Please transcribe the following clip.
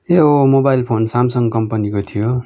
यो mobile phone Samsung कम्पनीको थियो